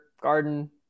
Garden